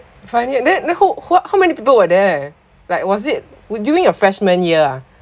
final year then ho~ what how many people were there like was it w~ during your freshman year ah